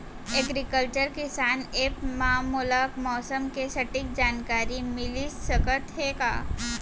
Agriculture किसान app मा मोला मौसम के सटीक जानकारी मिलिस सकत हे का?